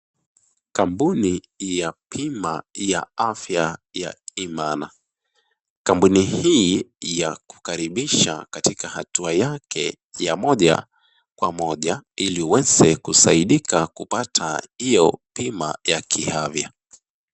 Kampuni ya bima ya afya ya Imara, kampuni hii ya kukaribisha katika hatua yake ya moja kwa moja ili uweze kusaidika kupata hiyo bima ya kiafya.